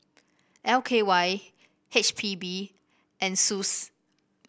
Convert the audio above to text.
L K Y H P B and SUSS